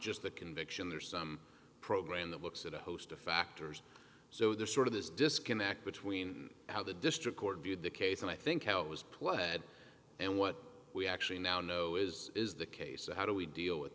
just the conviction there's some program that looks at a host of factors so there's sort of this disconnect between how the district court viewed the case and i think how it was pled and what we actually now know is is the case and how do we deal with